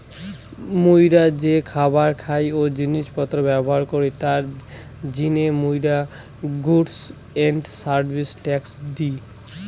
মুইরা যে খাবার খাই ও জিনিস পত্র ব্যবহার করি তার জিনে মুইরা goods and service tax the